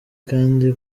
kandi